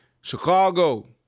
Chicago